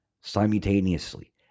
simultaneously